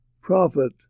prophet